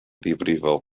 ddifrifol